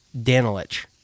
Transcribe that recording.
Danilich